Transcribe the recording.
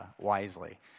wisely